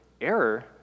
error